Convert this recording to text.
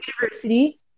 University